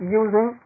using